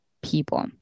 people